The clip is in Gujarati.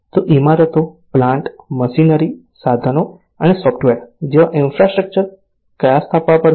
તો ઇમારતો પ્લાન્ટ મશીનરી સાધનો અને સોફ્ટવેર જેવા ઇન્ફ્રાસ્ટ્રક્ચર કયા સ્થાપવા પડશે